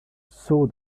saw